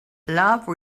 love